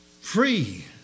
Free